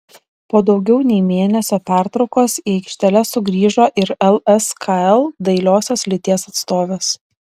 po daugiau nei mėnesio pertraukos į aikšteles sugrįžo ir lskl dailiosios lyties atstovės